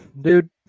dude